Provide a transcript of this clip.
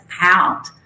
out